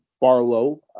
Barlow